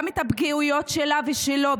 גם את הפגיעויות שלה ושלו,